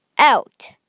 Out